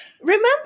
Remember